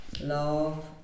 love